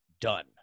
done